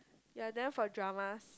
you are there for dramas